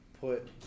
put